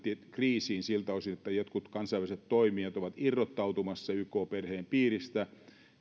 kriisiin siltä osin että jotkut kansainväliset toimijat ovat irrottautumassa yk perheen piiristä hän